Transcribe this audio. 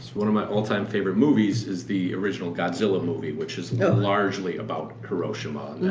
one of my all time favorite movies is the original godzilla movie, which is largely about hiroshima.